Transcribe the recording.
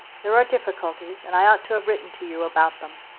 there are difficulties, and i ought to have written to you about them.